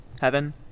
heaven